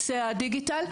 בערוצי הדיגיטל,